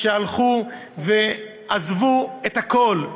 שהלכו ועזבו את הכול,